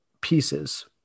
pieces